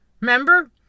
Remember